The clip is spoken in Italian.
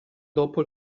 dopo